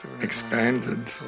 expanded